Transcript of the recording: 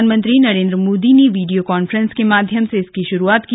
प्रधानमंत्री नरेन्द्र मोदी ने video conference के माध्यम से इसकी शुरुआत की